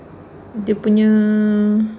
dia punya